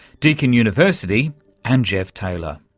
deakin university and jeff taylor.